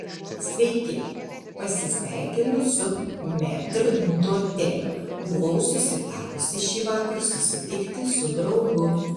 sveiki pasisveikinu su metrdoteliu buvau susitarusi šįvakar susitikti su draugu